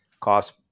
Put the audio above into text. cost